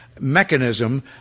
mechanism